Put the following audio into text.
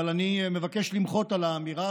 אבל אני מבקש למחות על האמירה